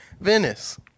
Venice